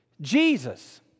Jesus